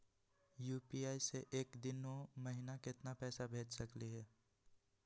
UPI स एक दिनो महिना केतना पैसा भेज सकली हे?